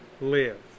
live